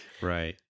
Right